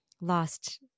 lost